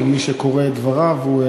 כמי שקורא את דבריו.